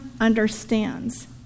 understands